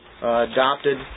adopted